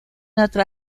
otra